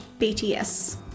bts